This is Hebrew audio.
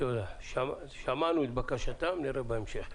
שמענו את בקשתם, נראה בהמשך.